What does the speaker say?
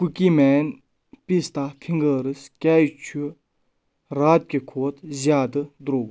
cookie مین پِستا fingers کیٛازِ چھُ راتہٕ کہِ کھۄتہٕ زیادٕ درٛوگ